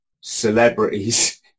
celebrities